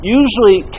usually